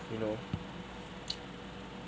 you know